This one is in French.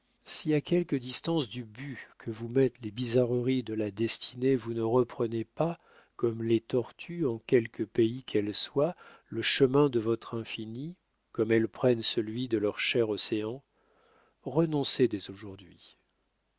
si à quelque distance du but que vous mettent les bizarreries de la destinée vous ne reprenez pas comme les tortues en quelque pays qu'elles soient le chemin de votre infini comme elles prennent celui de leur cher océan renoncez dès aujourd'hui